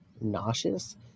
nauseous